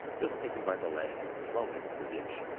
just take him by the leg and throw him into the ditch